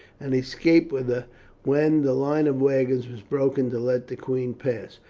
and escaped with her when the line of wagons was broken to let the queen pass.